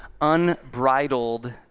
unbridled